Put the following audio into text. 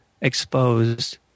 exposed